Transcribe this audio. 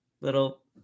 Little